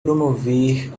promover